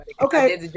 Okay